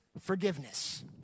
forgiveness